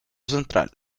central